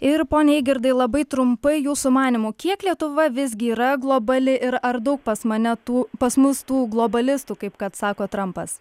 ir pone eigirdai labai trumpai jūsų manymu kiek lietuva visgi yra globali ar daug pas mane tų pas mus tų globalistų kaip kad sako trampas